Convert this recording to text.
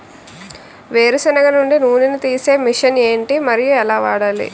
వేరు సెనగ నుండి నూనె నీ తీసే మెషిన్ ఏంటి? మరియు ఎలా వాడాలి?